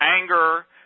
anger